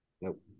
Nope